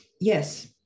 Yes